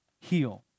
heal